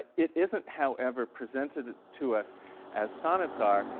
it isn't, however, presented to us as sonnets are,